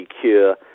cure